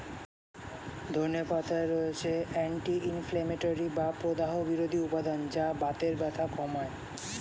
ধনে পাতায় রয়েছে অ্যান্টি ইনফ্লেমেটরি বা প্রদাহ বিরোধী উপাদান যা বাতের ব্যথা কমায়